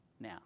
now